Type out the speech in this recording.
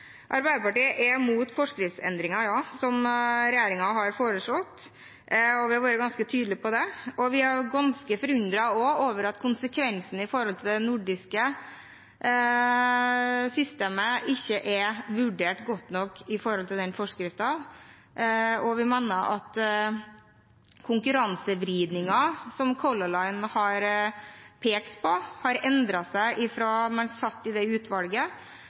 Arbeiderpartiet er imot forskriftsendringen som regjeringen har foreslått, og vi har vært ganske tydelige på det. Vi er også ganske forundret over at konsekvensen for det nordiske systemet ikke er vurdert godt nok med tanke på den forskriften. Vi mener at konkurransevridningen, som Color Line har pekt på, har endret seg siden man satt i utvalget